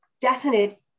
definite